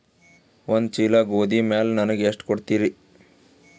ಒಂದ ಚೀಲ ಗೋಧಿ ಮ್ಯಾಲ ನನಗ ಎಷ್ಟ ಕೊಡತೀರಿ?